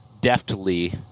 deftly